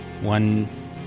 One